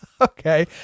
okay